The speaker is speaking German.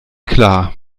klar